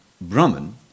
Brahman